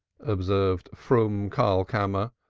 observed froom karlkammer,